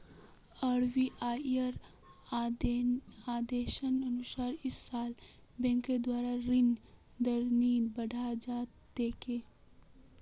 आरबीआईर आदेशानुसार इस साल बैंकेर द्वारा ऋण दर नी बढ़ाल जा तेक